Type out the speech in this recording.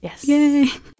Yes